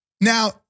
Now